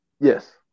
Yes